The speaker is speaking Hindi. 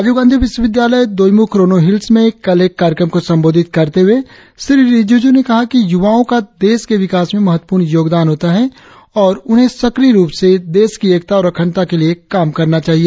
राजीव गांधी विश्वविद्यालय दोईमुख रोनो हिल्स में कल एक कार्यक्रम को संबोधित करते हुए श्री रिजिजू ने कहा कि युवाओं का देश के विकास में महत्वपूर्ण योगदान होता है और उन्हें सक्रिय रुप से देश की एकता और अखंडता के लिए काम करना चाहिए